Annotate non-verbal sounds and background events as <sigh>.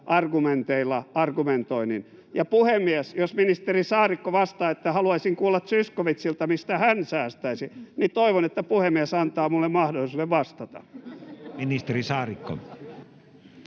argumenteilla argumentoinnin? Ja puhemies, jos ministeri Saarikko vastaa, että haluaisin kuulla Zyskowiczilta, mistä hän säästäisi, niin toivon, että puhemies antaa minulle mahdollisuuden vastata. <laughs>